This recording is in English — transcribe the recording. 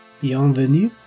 Bienvenue